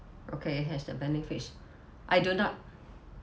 okay it has the benefits I do not